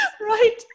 Right